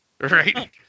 Right